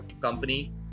company